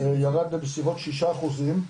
ירד בסביבות שישה אחוזים.